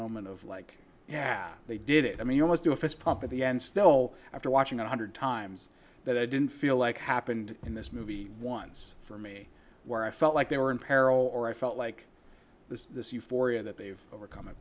moment of like yeah they did it i mean almost to a fist pump at the end still after watching a hundred times that i didn't feel like happened in this movie once for me where i felt like they were in peril or i felt like this is this euphoria that they've overcome it